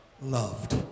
loved